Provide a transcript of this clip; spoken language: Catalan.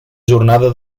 jornada